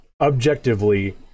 objectively